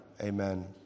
Amen